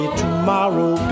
tomorrow